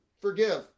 forgive